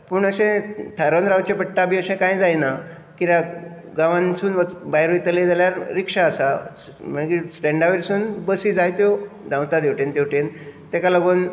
पूण अशें थारोवन रावचें पडटा बी अशें कांय जायना कित्याक गांवांतसून भायर वयतले जाल्यार रिक्षा आसा मागीर स्टॅण्डा वयरसून बसी जायत्यो धावतांत हेवटेन तेवटेन तेका लागून